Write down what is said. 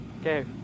okay